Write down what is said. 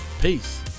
Peace